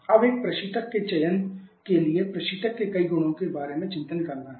अब एक प्रशीतक के चयन के लिए प्रशीतक के कई गुणों के बारे में चिंतन करना है